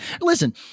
Listen